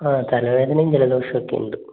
ആ തലവേദനയും ജലദോഷം ഒക്കെയുണ്ട്